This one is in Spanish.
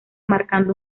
marcado